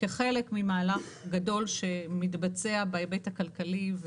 כחלק ממהלך גדול שמתבצע בהיבט הכלכלי,